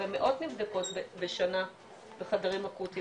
הרי מאות נבדקות בשנה בחדרים אקוטיים